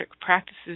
practices